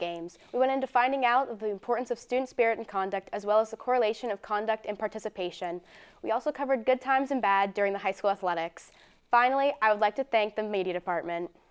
games went into finding out of the importance of student spirit and conduct as well as a correlation of conduct in participation we also covered good times and bad during the high school athletics finally i would like to thank the media department